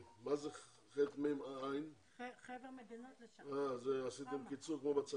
וחבר מדינות 22%,